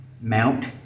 Mount